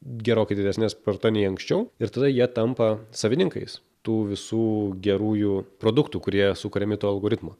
gerokai didesne sparta nei anksčiau ir tada jie tampa savininkais tų visų gerųjų produktų kurie sukuriami tų algoritmų